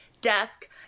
desk